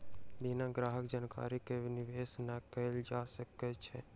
बिना ग्राहक जानकारी के निवेश नै कयल जा सकै छै